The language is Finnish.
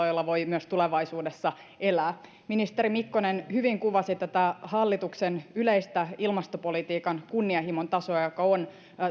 jolla voi myös tulevaisuudessa elää ministeri mikkonen hyvin kuvasi tätä hallituksen yleistä ilmastopolitiikan kunnianhimon tasoa joka on